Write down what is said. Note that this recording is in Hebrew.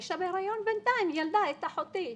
האישה בהיריון בינתיים ילדה את אחותי,